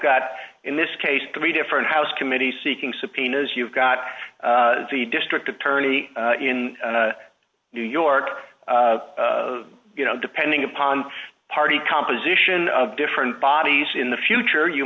got in this case three different house committee seeking subpoenas you've got the district attorney in new york you know depending upon party composition of different bodies in the future you